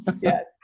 Yes